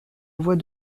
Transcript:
voix